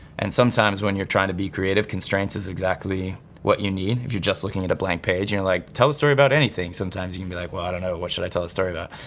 and sometimes when you're trying to be creative, constraints is exactly what you need, if you're just looking at a blank page. like tell a story about anything, sometimes you can be like, well, i don't know, what should i tell a story about?